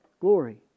glory